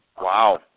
Wow